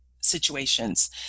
situations